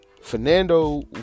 fernando